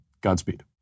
Godspeed